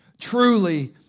Truly